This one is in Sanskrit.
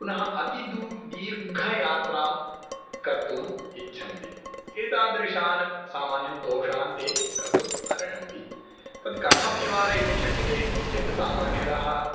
पुनः अतिदीर्घयात्रां दू कर्तुम् इच्छन्ति एतादृशान् सामान्यान् दोषान्ते कर्तुम् अर्हन्ति तद् कथं निवारयितुं शक्यते इति चेत् सामान्यतः